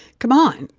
come on.